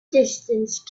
distance